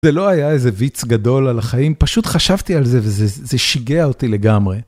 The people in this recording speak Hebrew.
זה לא היה איזה ויץ גדול על החיים, פשוט חשבתי על זה וזה שיגע אותי לגמרי.